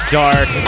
dark